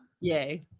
yay